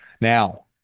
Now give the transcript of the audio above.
Now